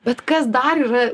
bet kas dar yra